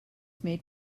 made